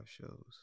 shows